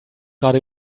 gerade